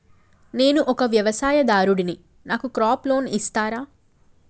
నేను ఒక వ్యవసాయదారుడిని నాకు క్రాప్ లోన్ ఇస్తారా?